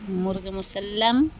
murgh musallam